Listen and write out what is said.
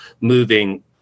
moving